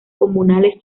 comunales